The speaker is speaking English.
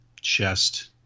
chest